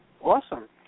Awesome